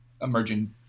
emerging